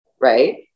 right